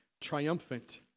triumphant